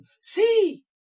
See